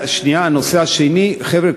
שמתחילה בערעור על חוקת התורה,